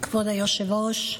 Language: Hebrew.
כבוד היושב-ראש,